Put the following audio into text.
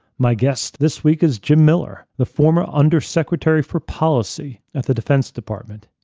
my guest this week is jim miller, the former under secretary for policy at the defense department.